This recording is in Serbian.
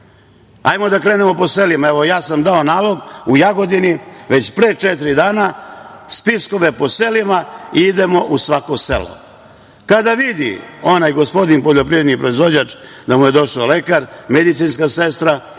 da krenemo po selima. Ja sam dao nalog u Jagodini već pre četiri dana, spiskove po selima i idemo u svako selo. Kada vidi onaj gospodin poljoprivredni proizvođač da mu je došao lekar, medicinska sestra,